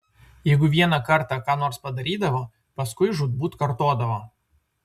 jeigu vieną kartą ką nors padarydavo paskui žūtbūt kartodavo